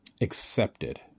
accepted